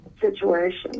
situation